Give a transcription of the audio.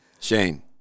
Shane